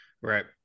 Right